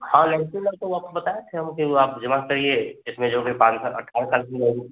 हाँ लड़की लड़कों आपको बताए थे हम कि वह आप जमा करिए इसमें जो भी पाँच साल अठारह साल की रहेगी